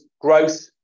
growth